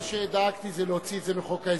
אני, מה שדאגתי, זה להוציא את זה מחוק ההסדרים.